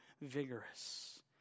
vigorous